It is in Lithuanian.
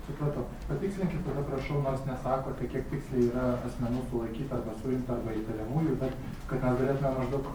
supratau patikslinkit tada prašau nors nesakote kiek tiksliai yra asmenų sulaikyta arba suimta arba įtariamųjų bet kad mes galėtume maždaug